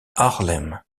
haarlem